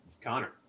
Connor